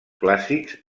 clàssics